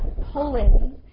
Poland